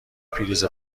پریز